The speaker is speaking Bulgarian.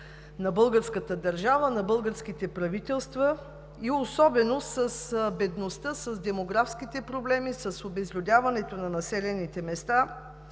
на българската държава, на българските правителства, и особено с бедността, с демографските проблеми, с обезлюдяването на населените места,